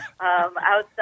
outside